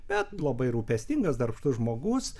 bet labai rūpestingas darbštus žmogus